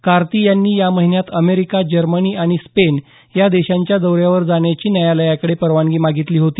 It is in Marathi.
कार्ति यांनी या महिन्यात अमेरिका जर्मनी आणि स्पेन या देशांच्या दौऱ्यावर जाण्याची न्यायालयाकडे परवानगी मागितली होती